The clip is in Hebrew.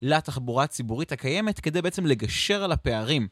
לתחבורה הציבורית הקיימת, כדי בעצם לגשר על הפערים